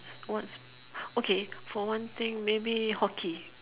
what's okay for one thing maybe hockey